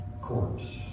corpse